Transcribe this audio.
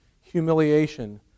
humiliation